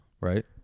right